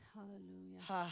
Hallelujah